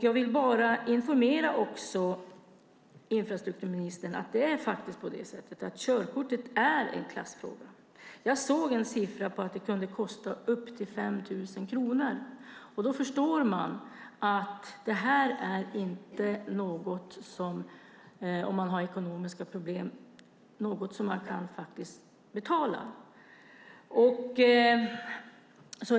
Jag vill informera infrastrukturministern om att körkortet är en klassfråga. Jag såg en siffra på att det kunde kosta upp till 5 000 kronor. Då förstår vi att om man har ekonomiska problem är det inget man så lätt kan betala.